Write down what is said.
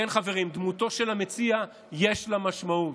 כן, חברים, דמותו של המציע, יש לה משמעות.